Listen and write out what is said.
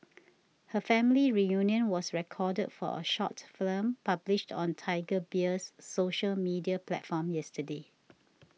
her family reunion was recorded for a short film published on Tiger Beer's social media platforms yesterday